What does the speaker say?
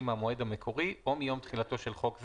מהמועד המקורי או מיום תחילתו של חוק זה,